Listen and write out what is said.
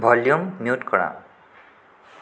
volume mute কৰা